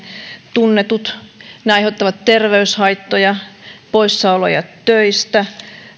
tunnetut ne aiheuttavat terveyshaittoja poissaoloja töistä